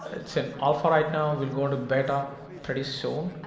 it's in alpha right now. we'll go to beta pretty soon.